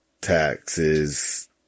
taxes